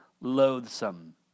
loathsome